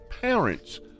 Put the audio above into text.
parents